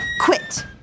Quit